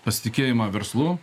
pasitikėjimą verslu